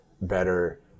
better